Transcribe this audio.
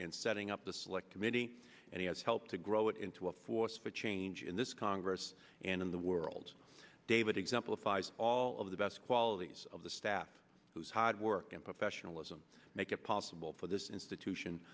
in setting up the select committee and he has helped to grow it into a force for change in this congress and in the world david exemplifies all of the best qualities of the staff whose hard work and professionalism make it possible for this institution